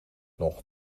nog